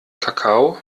kakao